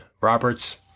Roberts